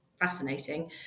fascinating